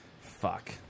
Fuck